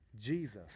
Jesus